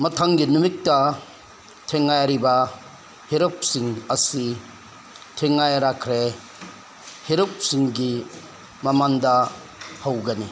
ꯃꯊꯪꯒꯤ ꯅꯨꯃꯤꯠꯇ ꯊꯦꯡꯅꯥꯔꯤꯕ ꯍꯤꯔꯨꯞꯁꯤꯡ ꯑꯁꯤ ꯊꯦꯡꯒꯥꯏꯔꯛꯈ꯭ꯔꯦ ꯍꯦꯔꯨꯞꯁꯤꯡꯒꯤ ꯃꯃꯥꯡꯗ ꯍꯧꯒꯅꯤ